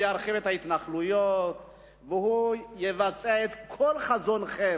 הוא ירחיב את ההתנחלויות והוא יבצע את כל חזונכם.